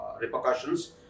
repercussions